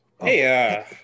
Hey